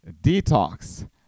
detox